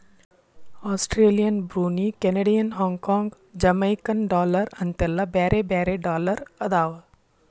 Australian Brunei Canadian Hong Kong Jamaican dollar ಅಂತೆಲ್ಲಾ ಬ್ಯಾರೆ ಬ್ಯಾರೆ ಡಾಲರ್ ಅದಾವ